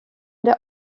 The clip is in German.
der